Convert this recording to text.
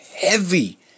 heavy